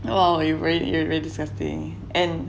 !wow! you really you really disgusting and